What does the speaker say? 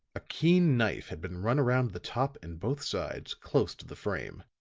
a keen knife had been run around the top and both sides, close to the frame.